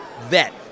vet